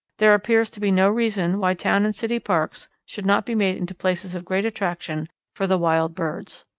there appears to be no reason why town and city parks should not be made into places of great attraction for the wild birds.